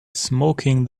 smoking